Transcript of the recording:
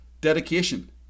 dedication